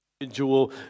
individual